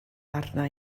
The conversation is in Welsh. arna